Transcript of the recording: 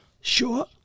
Sure